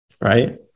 right